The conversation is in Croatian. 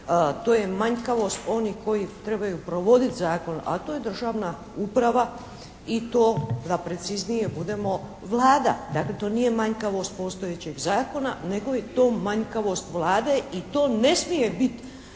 To je manjkavost onih koji trebaju provoditi zakon a to je državna uprava i to da precizniji budemo Vlada. Dakle, to nije manjkavost postojećeg zakona nego je to manjkavost Vlade i to ne smije biti